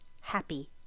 happy